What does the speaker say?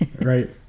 right